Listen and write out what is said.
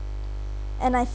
and I